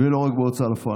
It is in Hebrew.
ולא רק בהוצאה לפועל.